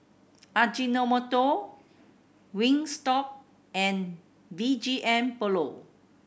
Ajinomoto Wingstop and B G M Polo